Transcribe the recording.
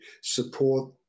support